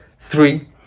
Three